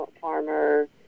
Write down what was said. farmer